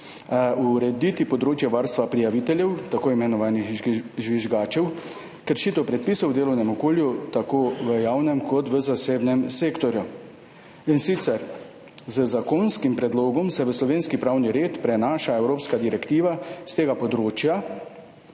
urediti področje varstva prijaviteljev, tako imenovanih žvižgačev, kršitev predpisov v delovnem okolju tako v javnem kot v zasebnem sektorju. Z zakonskim predlogom se v slovenski pravni red prenaša evropska direktiva s tega področja,